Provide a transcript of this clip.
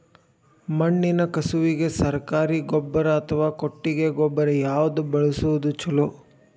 ಮಣ್ಣಿನ ಕಸುವಿಗೆ ಸರಕಾರಿ ಗೊಬ್ಬರ ಅಥವಾ ಕೊಟ್ಟಿಗೆ ಗೊಬ್ಬರ ಯಾವ್ದು ಬಳಸುವುದು ಛಲೋ?